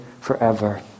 forever